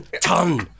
ton